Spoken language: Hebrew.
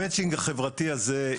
המצ'ינג החברתי הזה,